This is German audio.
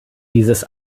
dieses